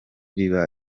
biba